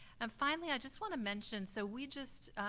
and finally, i just wanna mention, so we just,